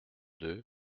deux